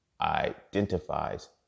identifies